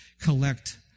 collect